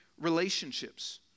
relationships